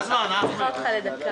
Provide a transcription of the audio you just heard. (הישיבה נפסקה בשעה 11:23 ונתחדשה בשעה 12:05.)